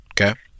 Okay